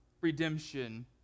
redemption